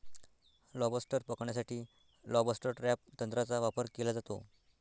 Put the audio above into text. lobster पकडण्यासाठी lobster trap तंत्राचा वापर केला जातो